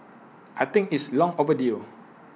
I think it's long overdue